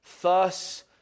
Thus